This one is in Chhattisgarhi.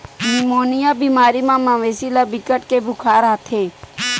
निमोनिया बेमारी म मवेशी ल बिकट के बुखार आथे